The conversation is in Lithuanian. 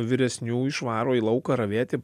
vyresnių išvaro į lauką ravėti